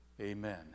Amen